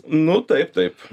nu taip taip